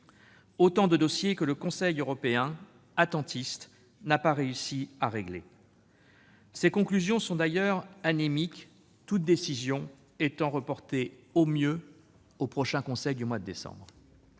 Autant de dossiers que le Conseil européen, attentiste, n'a pas réussi à régler. Ses conclusions sont d'ailleurs anémiques, toute décision étant reportée, au mieux, au prochain Conseil, qui se réunira